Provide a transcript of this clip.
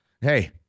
Hey